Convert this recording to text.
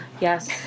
Yes